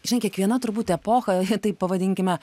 žinai kiekviena turbūt epocha taip pavadinkime